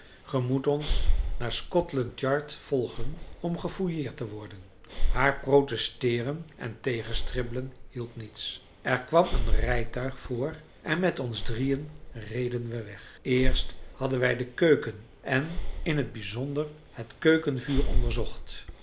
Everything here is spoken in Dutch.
gij moet ons naar scotland yard volgen om gefouilleerd te worden haar protesteeren en tegenstribbelen hielp niets er kwam een rijtuig voor en met ons drieën reden we weg eerst hadden wij de keuken en in t bijzonder het keukenvuur onderzocht